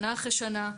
שנה אחרי שנה,